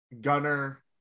Gunner